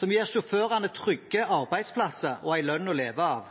som gir sjåførene trygge arbeidsplasser og en lønn å leve av,